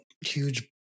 huge